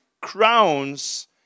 crowns